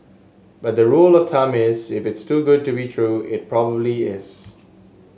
but the rule of thumb is if it's too good to be true it probably is